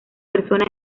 persona